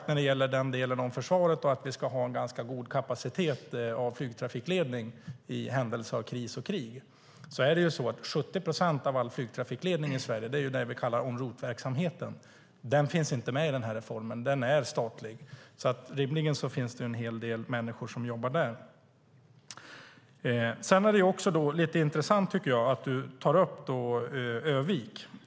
När det gäller försvaret och att vi ska ha en ganska god kapacitet för flygtrafikledning i händelse av kris och krig vill jag ha sagt att 70 procent av all flygtrafikledning i Sverige utgörs av det vi kallar en route verksamheten. Den finns inte med i den här reformen. Den är statlig. Rimligen finns det en hel del människor som jobbar där. Det är intressant att Annika Lillemets tar upp Ö-vik.